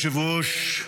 אדוני היושב-ראש,